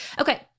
okay